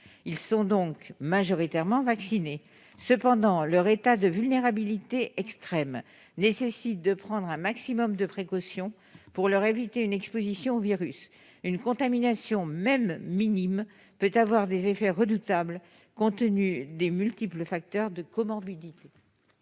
Elles sont donc majoritairement vaccinées. Néanmoins, leur extrême vulnérabilité exige de prendre un maximum de précautions : il faut à tout prix leur éviter une exposition au virus. Une contamination, même minime, peut avoir des effets redoutables, compte tenu des multiples facteurs de comorbidité